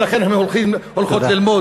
ולכן הן הולכות ללמוד.